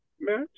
match